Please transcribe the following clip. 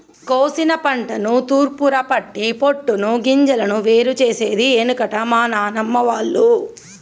కోశిన పంటను తూర్పారపట్టి పొట్టును గింజలను వేరు చేసేది ఎనుకట మా నానమ్మ వాళ్లు